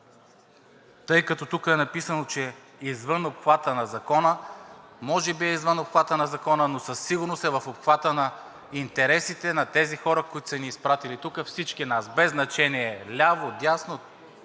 Тъй като тук е написано, че е извън обхвата на Закона. Може би е извън обхвата на Закона, но със сигурност е в обхвата на интересите на тези хора, които са ни изпратили тук всички нас без значение ляво, дясно,